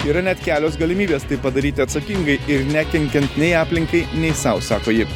yra net kelios galimybės tai padaryti atsakingai ir nekenkiant nei aplinkai nei sau sako ji